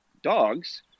Dogs